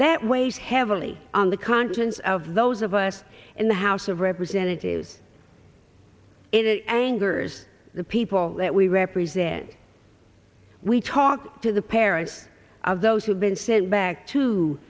that weighs heavily on the conscience of those of us in the house of representatives in angers the people that we represent we talk to the parents of those who've been sent back two